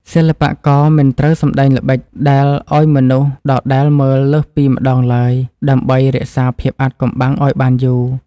សិល្បករមិនត្រូវសម្តែងល្បិចដដែលឱ្យមនុស្សដដែលមើលលើសពីម្តងឡើយដើម្បីរក្សាភាពអាថ៌កំបាំងឱ្យបានយូរ។